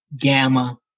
Gamma